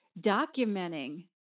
documenting